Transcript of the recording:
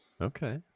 Okay